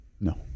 No